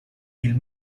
mil